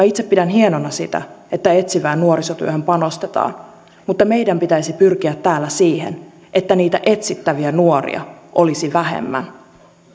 itse pidän hienona sitä että etsivään nuorisotyöhön panostetaan mutta meidän pitäisi pyrkiä täällä siihen että niitä etsittäviä nuoria olisi vähemmän